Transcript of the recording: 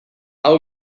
hau